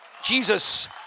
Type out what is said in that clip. Jesus